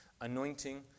Anointing